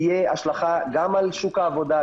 תהיה השלכה גם על שוק העבודה,